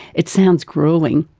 it sounds gruelling.